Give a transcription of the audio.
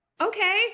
okay